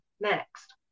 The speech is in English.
next